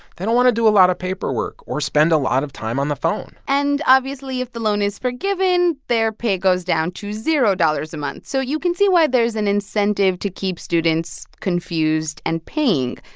they don't want to do a lot of paperwork or spend a lot of time on the phone and obviously, if the loan is forgiven, their pay goes down to zero dollars a month. so you can see why there's an incentive to keep students confused and paying.